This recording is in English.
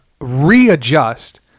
readjust